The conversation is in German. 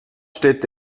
steht